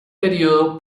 período